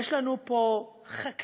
יש לנו פה חקלאות